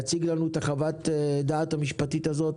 להציג לנו את חוות הדעת המשפטית הזאת